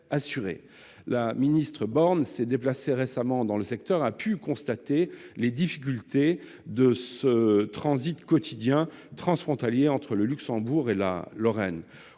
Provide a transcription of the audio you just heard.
La ministre Borne s'est récemment déplacée dans le secteur et a pu constater les difficultés de ce transit quotidien transfrontalier entre le Luxembourg et la Lorraine.